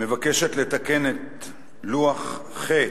מבקשת לתקן את לוח ח'